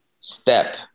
step